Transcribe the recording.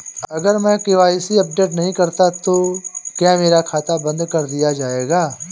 अगर मैं KYC update नहीं करता तो क्या मेरा खाता बंद कर दिया जाएगा?